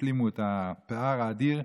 שהשלימו את הפער האדיר,